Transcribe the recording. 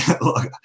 look